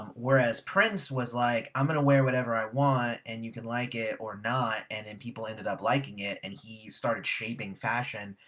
um whereas prince was like, i'm gonna wear whatever i want and you can like it or not, and then and people ended up liking it and he started shaping fashion.